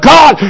God